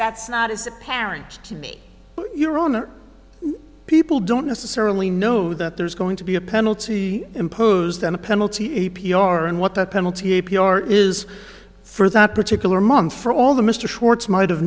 that's not is apparent to me your honor people don't necessarily know that there's going to be a penalty imposed on a penalty a p r and what the penalty a p r is for that particular month for all the mr schwartz might have